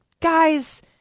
guys